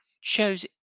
shows